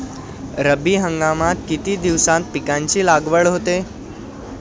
रब्बी हंगामात किती दिवसांत पिकांची लागवड होते?